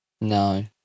No